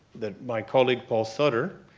that my colleague paul sutter,